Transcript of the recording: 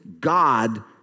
God